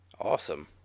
Awesome